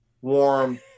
warm